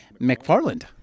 McFarland